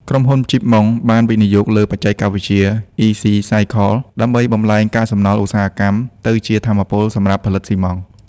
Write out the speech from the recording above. ក្រុមហ៊ុន ជីប ម៉ុង (Chip Mong ) បានវិនិយោគលើបច្ចេកវិទ្យា អុីស៊ីសាយខល "Ecicycle" ដើម្បីបំប្លែងកាកសំណល់ឧស្សាហកម្មទៅជាថាមពលសម្រាប់ផលិតស៊ីម៉ងត៍។